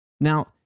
Now